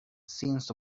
signs